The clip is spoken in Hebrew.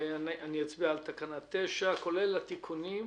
נצביע על תקנה 9, כולל התיקונים.